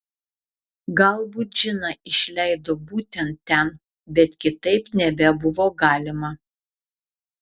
galbūt džiną išleido būtent ten bet kitaip nebebuvo galima